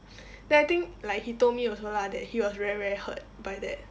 then I think like he told me also lah that he was very very hurt by that